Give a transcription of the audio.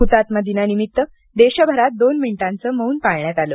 हुतात्मा दिनानिमित्त देशभरात दोन मिनिटांचे मौन पाळण्यात आले